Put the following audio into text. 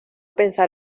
pensar